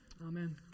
Amen